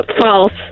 False